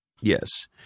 Yes